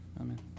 Amen